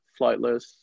Flightless